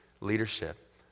leadership